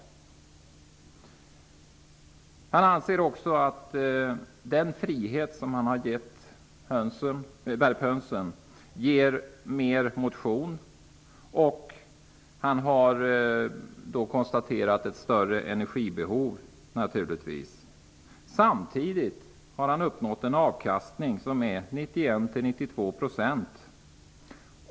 Denne producent anser också att den frihet som han har gett värphönsen medför att hönsen får mer motion. Han har naturligtvis också konstaterat att hönsen får ett större energibehov. Samtidigt har han uppnått en avkastning på 91--92 %.